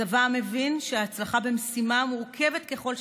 צבא המבין שהצלחה במשימה, מורכבת ככל שתהיה,